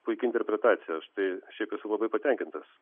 puiki interpretacija aš tai šiaip esu labai patenkintas